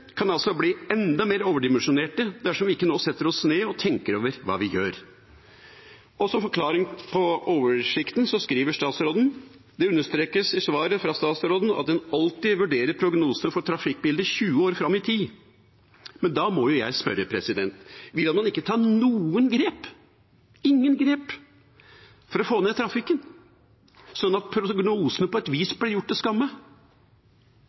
kan altså bli enda mer overdimensjonerte dersom vi ikke nå setter oss ned og tenker over hva vi gjør. Som forklaring på oversikten understrekes det i svaret fra statsråden at en alltid vurderer prognosene for trafikkbildet 20 år fram i tid. Men da må jeg spørre: Vil man ikke ta noen grep – ingen grep – for å få ned trafikken, slik at prognosene på et vis blir gjort til skamme?